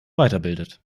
weiterbildet